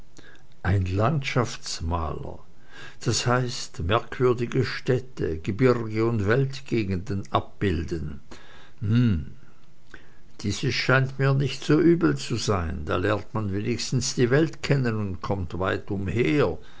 ein landschaftsmaler das heißt merkwürdige städte gebirge und weltgegenden abbilden hm dieses scheint mir nicht so übel zu sein da lernt man wenigstens die welt kennen und kommt weit umher